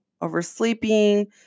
oversleeping